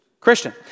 Christian